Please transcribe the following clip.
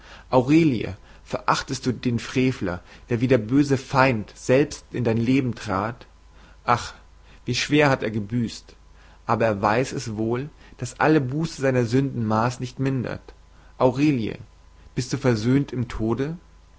aurelie verachtest du den frevler der wie der böse feind selbst in dein leben trat ach schwer hat er gebüßt aber er weiß es wohl daß alle buße seiner sünden maß nicht mindert aurelie bist du versöhnt im tode